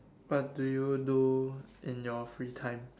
what do you do in your free time